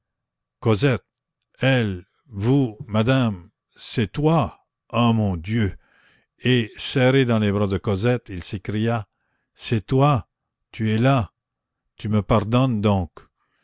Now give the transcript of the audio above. vous madame c'est toi ah mon dieu et serré dans les bras de cosette il s'écria c'est toi tu es là tu me pardonnes donc